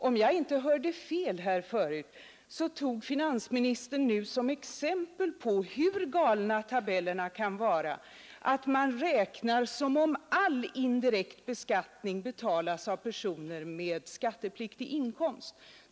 Om jag inte hörde fel tog finansministern nu som exempel på hur felaktiga tabellerna kan vara att man i dessa utgår från att all indirekt beskattning betalas av personer med skattepliktig inkomst.